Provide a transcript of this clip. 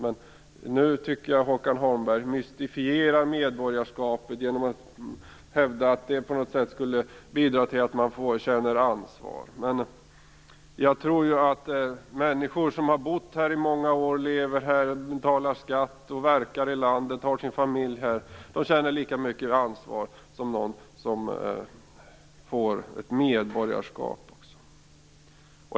Men nu tycker jag att Håkan Holmberg mystifierar medborgarskapet, genom att hävda att det på något sätt skulle bidra till att människor känner ansvar. Jag tror att människor som har bott här i många år, som lever här, som betalar skatt här, som verkar i landet och som har sin familj här känner lika mycket ansvar som den gör som får ett medborgarskap.